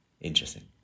Interesting